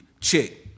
Chick